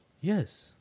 Yes